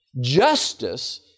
justice